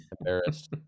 embarrassed